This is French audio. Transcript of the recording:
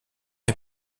est